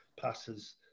passes